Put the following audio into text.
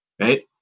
right